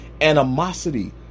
animosity